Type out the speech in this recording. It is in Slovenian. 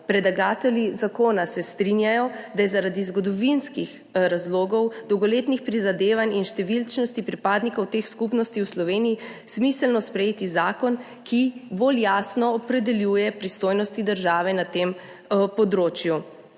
Predlagatelji zakona se strinjajo, da je zaradi zgodovinskih razlogov, dolgoletnih prizadevanj in številčnosti pripadnikov teh skupnosti v Sloveniji smiselno sprejeti zakon, ki bolj jasno opredeljuje pristojnosti države na tem področju.